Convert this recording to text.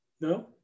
No